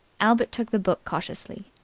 albert took the book cautiously.